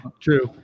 True